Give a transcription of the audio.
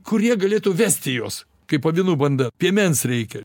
kurie galėtų vesti juos kaip avinų banda piemens reikia